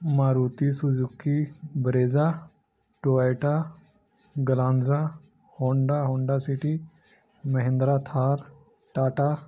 Maruti Suzuki Brezza Toyota Glanza Honda Honda City Mahindra Thar Tata